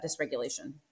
dysregulation